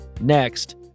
Next